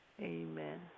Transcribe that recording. Amen